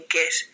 get